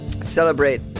celebrate